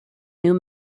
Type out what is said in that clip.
new